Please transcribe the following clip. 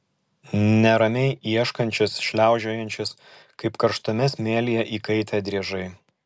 neramiai ieškančias šliaužiojančias kaip karštame smėlyje įkaitę driežai